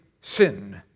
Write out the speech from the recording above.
sin